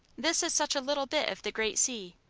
this is such a little bit of the great sea.